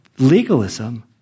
Legalism